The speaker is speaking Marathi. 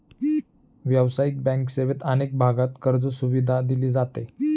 व्यावसायिक बँक सेवेत अनेक भागांत कर्जसुविधा दिली जाते